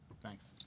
Thanks